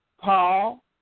Paul